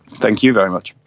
thank you very much.